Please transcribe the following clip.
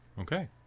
Okay